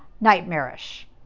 nightmarish